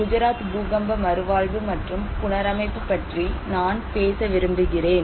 குஜராத் பூகம்ப மறுவாழ்வு மற்றும் புனரமைப்பு பற்றி நான் பேச விரும்புகிறேன்